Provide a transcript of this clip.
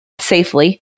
Safely